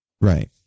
right